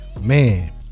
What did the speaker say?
man